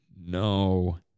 no